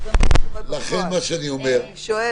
זה מה שקורה בפועל, אני שואלת.